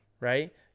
right